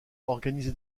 organisé